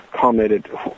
commented